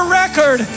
record